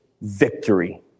victory